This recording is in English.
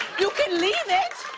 you can leave it?